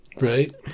right